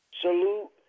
Salute